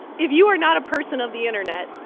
if you are not a person of the internet,